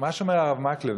מה שאומר הרב מקלב,